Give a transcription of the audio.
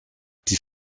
die